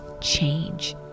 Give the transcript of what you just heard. change